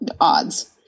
odds